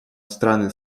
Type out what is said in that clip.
страны